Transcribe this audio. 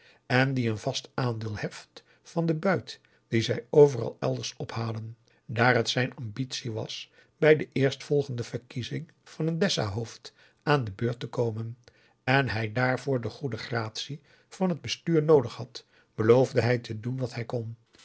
en die een vast aandeel heft van den buit dien zij overal elders ophalen daar het zijn ambitie was bij de eerstvolgende verkiezing van een dessahoofd aan de beurt te komen augusta de wit orpheus in de dessa en hij daarvoor de goede gratie van het bestuur noodig had beloofde hij te doen wat hij kon